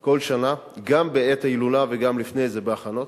כל שנה, גם בעת ההילולה וגם לפני זה, בהכנות.